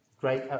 Great